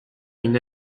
une